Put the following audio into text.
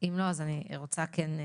אם לא אז אני רוצה לסכם.